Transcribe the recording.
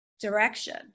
direction